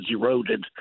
eroded